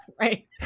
Right